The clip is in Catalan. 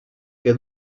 que